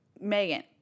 Megan